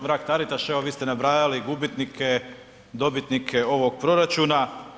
Mrak-Taritaš, evo vi ste nabrajali gubitnike, dobitnike ovog proračuna.